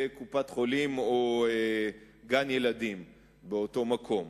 קופת-חולים או גן-ילדים באותו מקום.